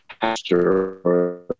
pastor